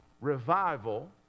Revival